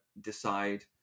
decide